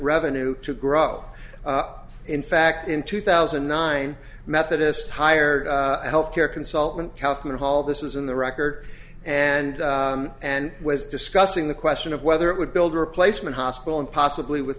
revenue to grow up in fact in two thousand and nine methodist hired a health care consultant kathleen hall this is in the record and and was discussing the question of whether it would build replacement hospital and possibly with